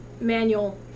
manual